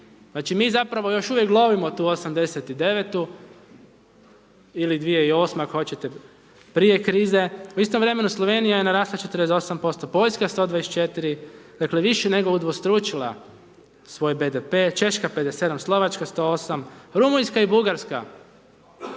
Znači mi zapravo još uvijek lovimo tu '89.-tu, ili 2008. ako hoćete prije krize. U istom vremenu Slovenija je narasla 48%, Poljska 124, dakle više nego udvostručila svoj BDP, Češka 57, Slovačka 108, Rumunjska i Bugarska